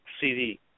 CD